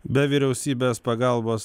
be vyriausybės pagalbos